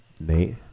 Nate